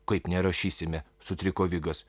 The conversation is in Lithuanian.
kaip nerašysime sutriko vigas